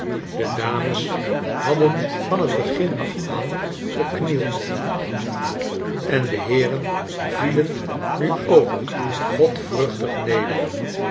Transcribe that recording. de dames hadden van het begin af aan geknield en de heeren viejen nu ook godvruchtig neder